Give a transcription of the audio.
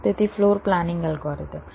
તેથી floor planning algorithm